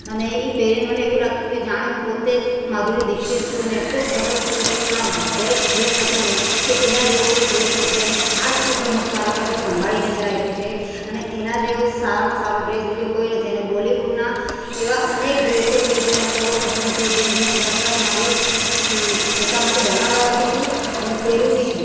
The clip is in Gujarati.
અને એ પહેરીને મને એવું લાગતું કે જાણે હું પોતે જ માધુરી દીક્ષિત છું અને એટલો સરસ ફિટિંગમાં બેસ્ટ ડ્રેસ હતો ને કે એના જેવો કોઈ ડ્રેસ હતો એને આજ સુધી હું મારી પાસે સંભળીને મેં રાખ્યો છે અને જેવો સારામાં સારો ડ્રેસ બીજો કોઈ નથી અને બોલિવૂડના એવા અનેક ડ્રેસો છે જે મને બહુ પસંદ છે જે હું ઘણી વાર મારી પોતા માટે બનાવડાવું બી છું અને પહેરું બી છું